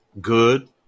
good